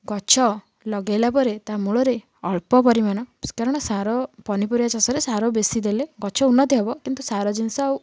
ଗଛ ଲଗାଇଲା ପରେ ତା ମୂଳରେ ଅଳ୍ପ ପରିମାଣ କାରଣ ସାର ପନିପରିବା ଚାଷରେ ସାର ବେଶୀ ଦେଲେ ଗଛ ଉନ୍ନତି ହେବ କିନ୍ତୁ ସାର ଜିନଷ ଆଉ